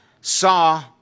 saw